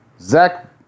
Zach